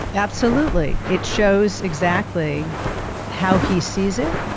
absolutely, it shows exactly how he sees it.